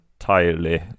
entirely